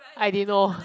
I didn't know